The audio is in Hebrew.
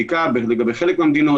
אם זה בגלל חופשת חג המולד,